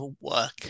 work